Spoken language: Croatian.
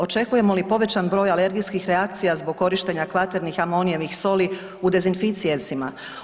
Očekujemo li povećani broj alergijskih reakcija zbog korištenja kvaternih amonijevih soli u dezinficijensima?